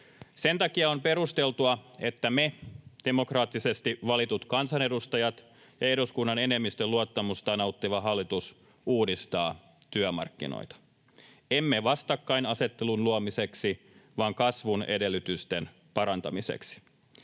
Sen takia on perusteltua, että me demokraattisesti valitut kansanedustajat ja eduskunnan enemmistön luottamusta nauttiva hallitus uudistamme työmarkkinoita, emme vastakkainasettelun luomiseksi vaan kasvun edellytysten parantamiseksi.